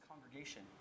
congregation